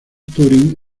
turing